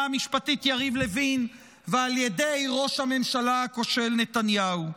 המשפטית יריב לוין ועל ידי ראש הממשלה הכושל נתניהו.